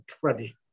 Freddie